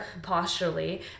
posturally